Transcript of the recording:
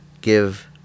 give